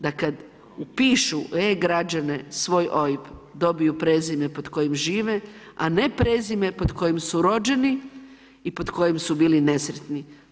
Da kad upišu u e-građane svoj OIB dobiju prezime pod kojim žive, a ne prezime pod kojim su rođeni i pod kojim su bili nesretni.